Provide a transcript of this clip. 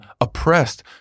oppressed